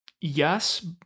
yes